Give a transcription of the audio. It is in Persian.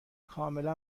کاملا